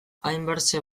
hainbertze